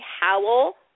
Howell